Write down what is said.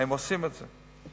עושים את זה.